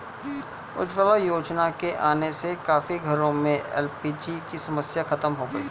उज्ज्वला योजना के आने से काफी घरों में एल.पी.जी की समस्या खत्म हो गई